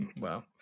Wow